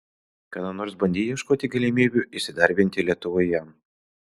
kada nors bandei ieškoti galimybių įsidarbinti lietuvoje